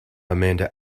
amanda